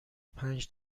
پنج